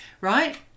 right